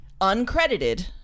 uncredited